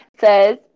says